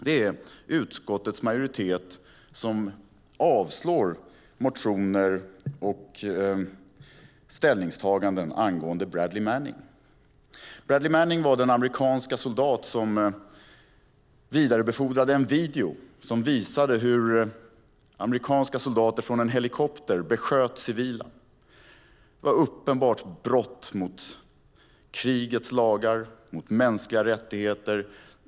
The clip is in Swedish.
Det är utskottets majoritet som avstyrker motioner och ställningstaganden angående Bradley Manning. Bradley Manning var den amerikanska soldat som vidarebefordrade en video som visade hur amerikanska soldater från en helikopter besköt civila. Det var ett uppenbart brott mot krigets lagar och mot mänskliga rättigheter.